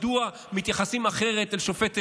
מדוע מתייחסים אחרת אל שופט עליון.